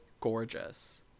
gorgeous